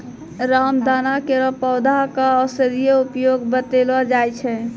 रामदाना केरो पौधा क औषधीय उपयोग बतैलो जाय छै